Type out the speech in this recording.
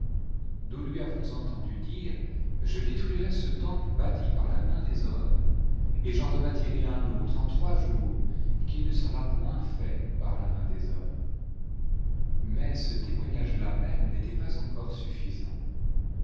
nous lui avons entendu dire je détruirai ce temple bâti par la main des hommes et j'en rebâtirai un autre en trois jours qid ne sera point fait par la main des hommes mais ce témoignage là même n'était pas encore suffisant